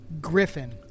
Griffin